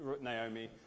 Naomi